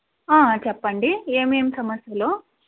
చెప్పండి ఏమేమి సమస్యలో